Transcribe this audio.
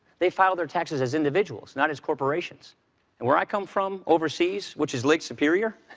they file their taxes as individuals, not as corporations. and where i come from, overseas, which is lake superior